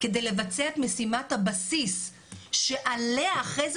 כדי לבצע את משימת הבסיס שעליה אחרי זה